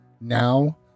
Now